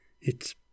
It's